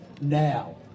now